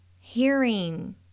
hearing